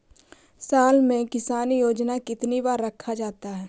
साल में किसान योजना कितनी बार रखा जाता है?